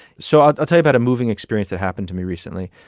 so i'll i'll tell you about a moving experience that happened to me recently.